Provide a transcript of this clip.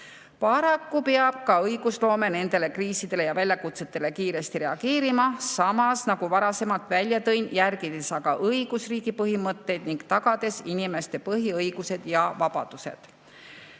Paraku peab ka õigusloome nendele kriisidele ja väljakutsetele kiiresti reageerima, samas, nagu varasemalt välja tõin, järgides õigusriigi põhimõtteid ning tagades inimeste põhiõigused ja vabadused.